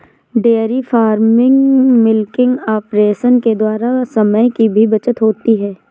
dairy farming milking operation के द्वारा समय की भी बचत होती है